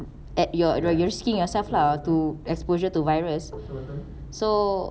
at your you're risking yourself lah to exposure to virus so